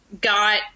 got